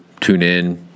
TuneIn